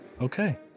okay